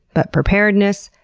but preparedness,